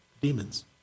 demons